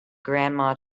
grandma